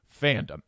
fandom